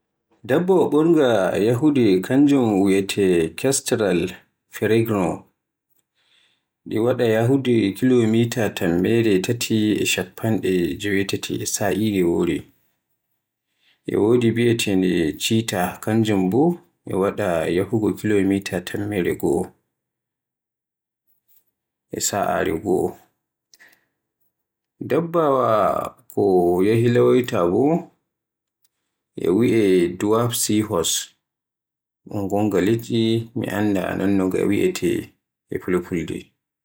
Dabbawa ɓurnga yahude kanjum wi'ete kestral peregreno ɗi waɗa yahude kilomitare tammere goo e chappanɗe jewetati e sa'are wore, e wodi bi etere cheetah kanjum bo e waɗa yahugo kilomitare tammere goo e sa'are goo. Dabbawa ko yawilawta no e wiye dwarf seahorse, gonga liɗɗi, mi annda no na wi'ete e Fulfulde.